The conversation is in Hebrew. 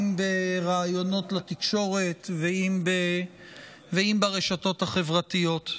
אם בראיונות לתקשורת ואם ברשתות החברתיות.